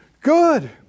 good